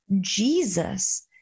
Jesus